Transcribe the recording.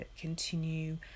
continue